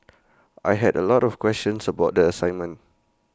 I had A lot of questions about the assignment